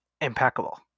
impeccable